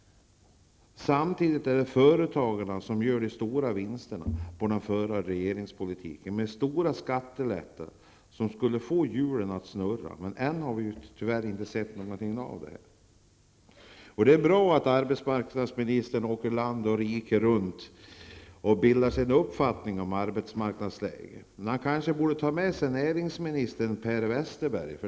Samtidigt gör företagare stora vinster på den förda regeringspolitiken med skattelättnader. Hjulen skulle ju börja rulla, men det har vi ännu inte sett något av. Det är bra att arbetsmarknadsministern åker land och rike runt för att bilda sig en uppfattning om arbetsmarknadsläget, men han kanske också bör ta med sig industriminister Per Westerberg.